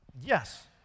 yes